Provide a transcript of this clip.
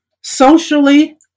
socially